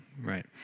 right